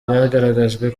byagaragajwe